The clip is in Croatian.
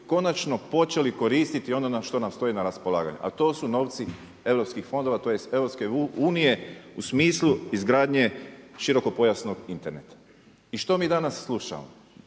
konačno počeli koristiti ono što nam stoji na raspolaganju, a to su novci europskih fondova, tj. EU u smislu izgradnje širokopojasnog interneta. I što mi danas slušamo?